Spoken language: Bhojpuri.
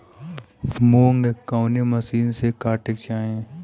मूंग कवने मसीन से कांटेके चाही?